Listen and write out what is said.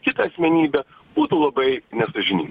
kitą asmenybę būtų labai nesąžininga